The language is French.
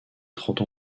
trente